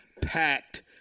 packed